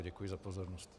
Děkuji za pozornost.